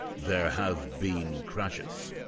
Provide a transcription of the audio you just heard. there have been crashes,